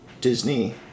Disney